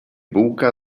bułka